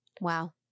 Wow